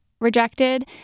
rejected